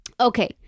Okay